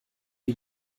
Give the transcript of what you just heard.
wie